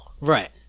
Right